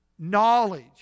knowledge